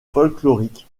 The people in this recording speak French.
folklorique